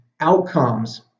outcomes